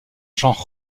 genres